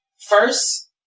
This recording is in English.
First